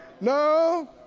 no